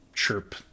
chirp